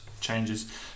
changes